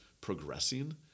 progressing